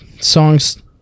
songs